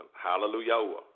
Hallelujah